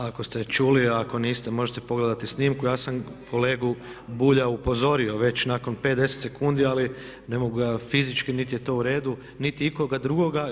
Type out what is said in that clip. Ako ste čuli, ako niste možete pogledati snimku, ja sam kolegu Bulja upozorio već nakon 5, 10 sekundi ali ne mogu ga fizički, niti je to u redu, niti ikoga drugoga.